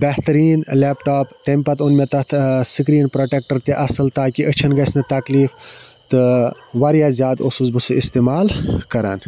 بہتریٖن لیپٹاپ تمہِ پَتہٕ اوٚن مےٚ تَتھ سِکریٖن پرٛوٹٮ۪کٹَر تہِ اَصٕل تاکہِ أچھَن گژھِ نہٕ تَکلیٖف تہٕ واریاہ زیادٕ اوسُس بہٕ سُہ استعمال کَران